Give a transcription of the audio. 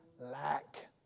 lack